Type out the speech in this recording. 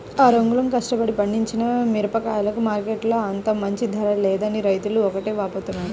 ఆరుగాలం కష్టపడి పండించిన మిరగాయలకు మార్కెట్టులో అంత మంచి ధర లేదని రైతులు ఒకటే వాపోతున్నారు